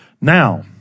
Now